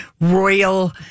royal